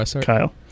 Kyle